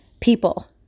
People